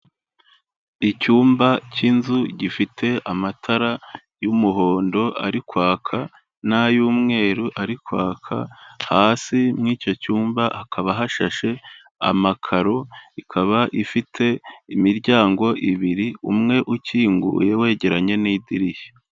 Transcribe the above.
Icyumba cy'inzu gifite amatara y'umuhondo ari kwaka n'ay'umweru ari kwaka hasi muri icyo cyumba hakaba hashashe amakaro ikaba ifite imiryango ibiri umwe ukinguye wegeranye n'idirishya.